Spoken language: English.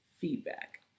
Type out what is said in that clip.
feedback